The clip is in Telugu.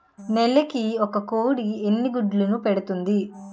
నెలకి ఒక కోడి ఎన్ని గుడ్లను పెడుతుంది?